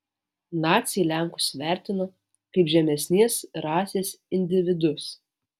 naciai lenkus vertino kaip žemesnės rasės individus